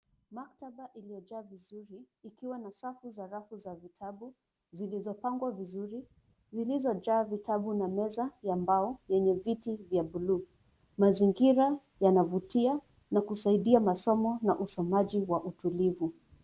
Maktaba iliyojaa vizuri ikiwa na safu za rafu za vitabu zilizopangwa vizuri zilizojaa vitabu na meza ya mbao yenye viti vya buluu. Mazingira yanavutia na kusaidia masomo na usomaji wa utulivu.